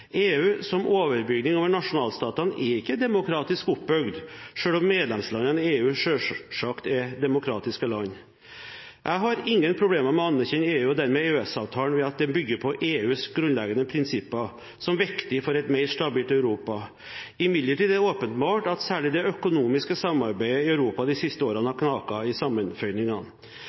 EU, som overbygning over nasjonalstatene, er ikke demokratisk oppbygd, selv om medlemslandene i EU selvfølgelig er demokratiske land. Jeg har ingen problemer med å anerkjenne EU og dermed EØS-avtalen, ved at den bygger på EUs grunnleggende prinsipper som viktig for et mer stabilt Europa. Imidlertid er det åpenbart at særlig det økonomiske samarbeidet i Europa de siste årene har knaket i sammenføyningene.